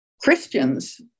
Christians